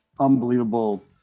Unbelievable